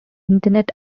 internet